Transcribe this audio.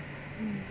mm